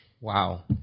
Wow